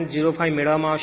05 મેળવવામાં આવશે